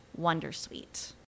wondersuite